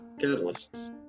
catalysts